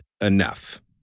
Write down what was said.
enough